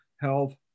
health